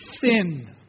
sin